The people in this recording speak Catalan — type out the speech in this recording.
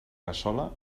cassola